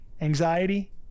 Anxiety